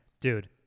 dude